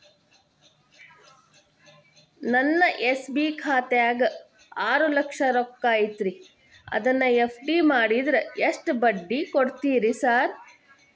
ನನ್ನ ಎಸ್.ಬಿ ಖಾತ್ಯಾಗ ಆರು ಲಕ್ಷ ರೊಕ್ಕ ಐತ್ರಿ ಅದನ್ನ ಎಫ್.ಡಿ ಮಾಡಿದ್ರ ಎಷ್ಟ ಬಡ್ಡಿ ಕೊಡ್ತೇರಿ ಸರ್?